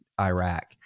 Iraq